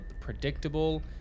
predictable